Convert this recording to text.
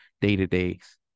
day-to-days